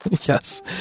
Yes